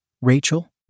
Rachel